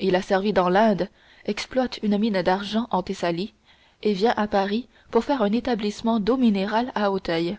il a servi dans l'inde exploite une mine d'argent en thessalie et vient à paris pour faire un établissement d'eaux minérales à auteuil